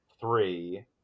three